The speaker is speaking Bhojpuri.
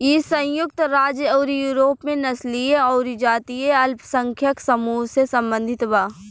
इ संयुक्त राज्य अउरी यूरोप में नस्लीय अउरी जातीय अल्पसंख्यक समूह से सम्बंधित बा